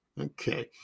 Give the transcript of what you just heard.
Okay